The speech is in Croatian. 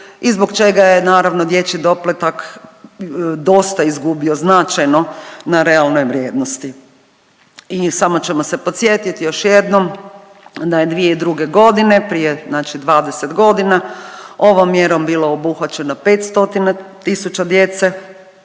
i zbog čega je naravno dječji doplatak dosta izgubio značajno na realnoj vrijednosti. I samo ćemo se podsjetit još jednom da je 2002.g. znači prije 20 godina ovom mjerom bilo obuhvaćeno 500 tisuća djece